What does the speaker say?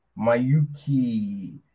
Mayuki